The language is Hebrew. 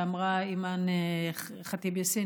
ואמרה אימאן ח'טיב יאסין,